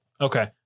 Okay